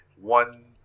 one